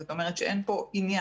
זאת אומרת, שאין פה עניין.